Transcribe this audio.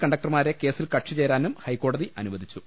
കണ്ടക്ടർമാരെ കേസിൽ കക്ഷി ചേരാനും ഹൈക്കോ ടതി അനുവദിച്ചു